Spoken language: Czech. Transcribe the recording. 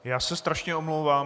Já se strašně omlouvám.